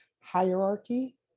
hierarchy